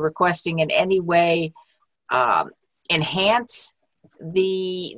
requesting in any way enhance the